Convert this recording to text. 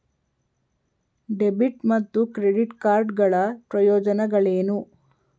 Debit ಮತ್ತು credit card ಗಳ ಪ್ರಯೋಜನಗಳೇನು?